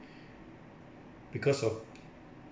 because of